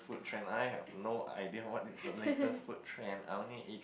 food trend I have no idea what is the latest food trend I only eat